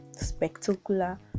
spectacular